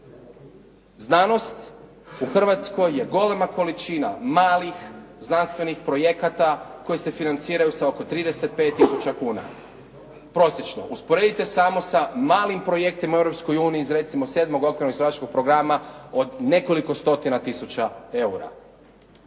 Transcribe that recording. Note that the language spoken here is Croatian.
Znanost u Hrvatskoj je golema količina malih znanstvenih projekata koji se financiraju sa oko 35 tisuća kuna prosječno. Usporedite samo sa malim projektima u Europskoj uniji iz recimo 7. … /Govornik se ne razumije./ … programa od nekoliko stotina tisuća eura.